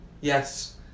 yes